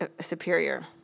superior